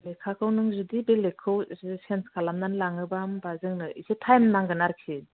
लेखाखौ नों जुदि बेलेगखौ सेन्ज खालामनानै लाङोब्ला होम्बा जोंनाव एसे टाइम नांगोन आरो खि